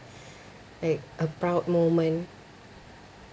like a proud moment